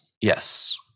Yes